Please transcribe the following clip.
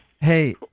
Hey